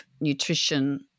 nutrition